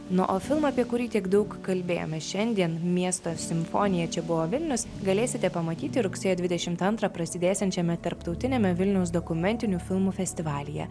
na o filmą apie kurį tiek daug kalbėjome šiandien miesto simfonija čia buvo vilnius galėsite pamatyti rugsėjo dvidešimt antrą prasidėsiančiame tarptautiniame vilniaus dokumentinių filmų festivalyje